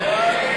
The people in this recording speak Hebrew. סעיף